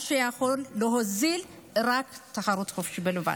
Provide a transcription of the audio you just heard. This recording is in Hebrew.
מה שיכול להוזיל רק תחרות חופשית בלבד.